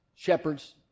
Shepherds